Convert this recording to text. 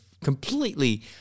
completely